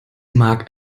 mag